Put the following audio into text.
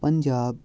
Punjab